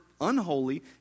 unholy